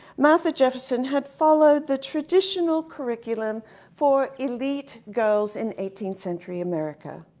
martha jefferson had followed the traditional curriculum for elite girls in eighteenth century america.